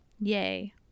Yay